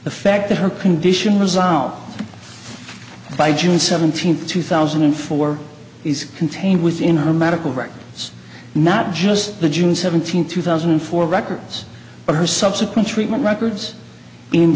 the fact that her condition resolved by june seventeenth two thousand and four is contained within her medical records not just the june seventeenth two thousand and four records but her subsequent treatment records in